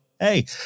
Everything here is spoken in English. Hey